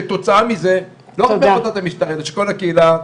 כתוצאה מזה לא רק --- המשטרה אלא שכל הקהילה --- תודה.